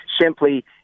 Simply